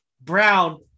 Brown